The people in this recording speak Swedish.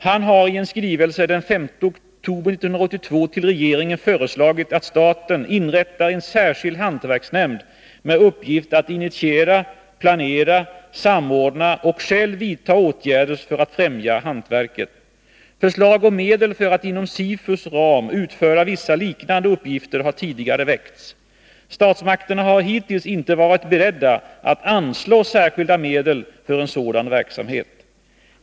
Han har i en skrivelse den 5 oktober 1982 till regeringen föreslagit att staten inrättar en särskild hantverksnämnd med uppgift att initiera, planera, samordna och själv vidta åtgärder för att främja hantverket. Förslag om medel för att inom SIFU:s ram utföra vissa liknande uppgifter har tidigare väckts. Statsmakterna har hittills inte varit beredda att anslå särskilda medel för en sådan verksamhet.